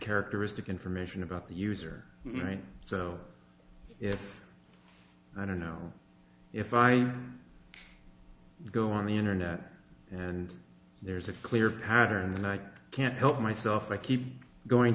characteristic information about the user so if i don't know if i go on the internet and there's a clear pattern then i can't help myself i keep going